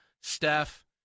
Steph